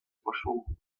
пошел